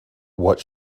what